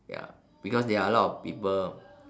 ya because there are a lot of people